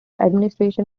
administration